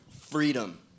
freedom